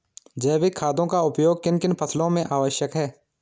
जैविक खादों का उपयोग किन किन फसलों में आवश्यक है?